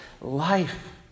life